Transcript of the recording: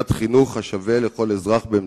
עם מוגבלויות בכל המוסדות הממשלתיים והציבוריים במדינת